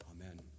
Amen